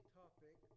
topic